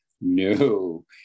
no